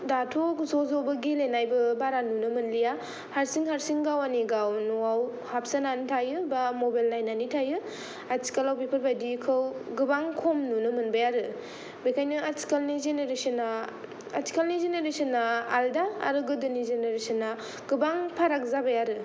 दाथ' ज' ज'बो गेलेनायबो बारा नुनो मोनलिया हारसिं हारसिं गावानि गाव न'आव हाबसोनानै थायो बा मबेल नायनानै थायो आथिखालाव बेफोरबादिखौ गोबां खम नुनो मोनबाय आरो बेखायनो आथिखालनि जेनेरेसन आ आलदा आरो गोदोनि जेनेरेसन आ गोबां फाराग जाबाय आरो